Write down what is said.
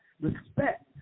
respect